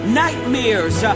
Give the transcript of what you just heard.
nightmares